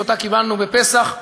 שאותה קיבלנו בפסח,